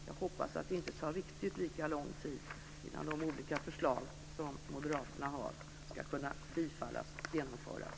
Jag hoppas att det inte tar riktigt lika lång tid innan de olika förslag som Moderaterna har ska kunna bifallas och genomföras.